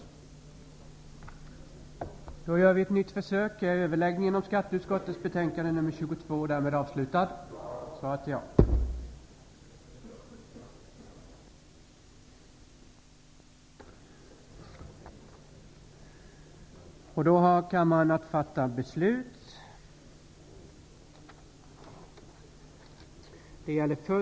och JuU24, fick avgöras i ett sammanhang när debatten i dessa ärenden var avslutad.